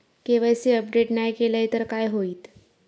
KYC update नाय केलय तर काय होईत?